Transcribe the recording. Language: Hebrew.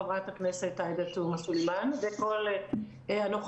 חברת הכנסת עאידה תומא סלימאן וכל הנוכחים.